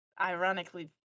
ironically